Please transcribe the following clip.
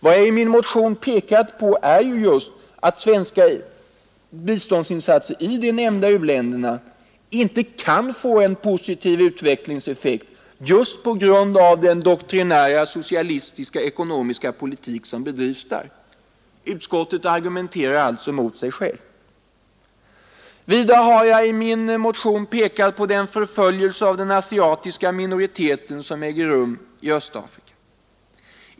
Vad jag i min motion pekat på är att svenska biståndsinsatser i de nämnda länderna inte kan få en positiv utvecklingseffekt just på grund av den doktrinära socialistiska politik som bedrivs där. Utskottet argumenterar alltså mot sig självt. Vidare har jag i min motion pekat på den förföljelse av den asiatiska minoriteten som äger rum i Östafrika.